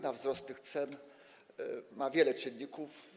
Na wzrost tych cen wpływ ma wiele czynników.